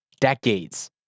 decades